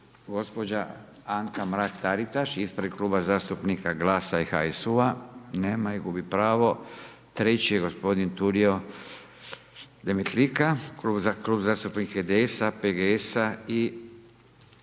gospođa Anka Mrak-Taritaš ispred Kluba zastupnika GLAS-a i HSU-a, nema je, gubi pravo. Treći gospodin Tulio Demetlika, Klub zastupnika IDS-a, PGS-a i